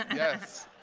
yes,